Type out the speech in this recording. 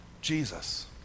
Jesus